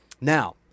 Now